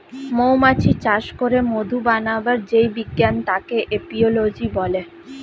মৌমাছি চাষ করে মধু বানাবার যেই বিজ্ঞান তাকে এপিওলোজি বলে